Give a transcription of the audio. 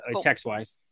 text-wise